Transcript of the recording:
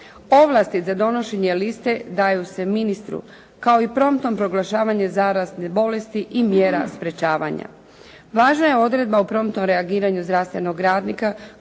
Ovlasti za donošenje liste daju se ministru, kao i promptno proglašavanje zarazne bolesti i mjera sprječavanja. Važna je odredba o promptnom reagiranju zdravstvenog radnika